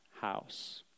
house